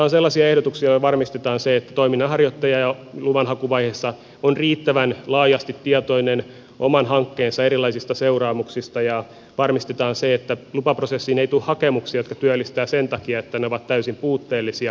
nämä ovat ehdotuksia joilla varmistetaan se että toiminnanharjoittaja jo luvanhakuvaiheessa on riittävän laajasti tietoinen oman hankkeensa erilaisista seuraamuksista ja varmistetaan se että lupaprosessiin ei tule hakemuksia jotka työllistävät sen takia että ne ovat täysin puutteellisia